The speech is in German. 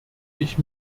ich